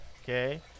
okay